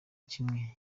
kimwe